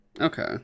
Okay